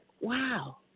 wow